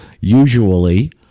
usually